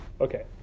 Okay